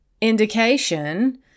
indication